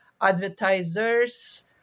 advertisers